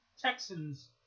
Texans